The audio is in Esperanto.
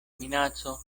minaco